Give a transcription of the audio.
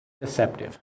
deceptive